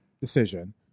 decision